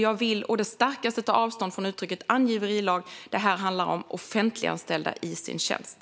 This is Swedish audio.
Jag vill å det starkaste ta avstånd från uttrycket angiverilag. Det här handlar om offentliganställda i deras tjänst.